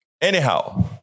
anyhow